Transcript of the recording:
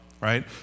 right